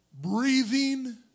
breathing